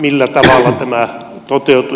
millä tavalla tämä toteutuu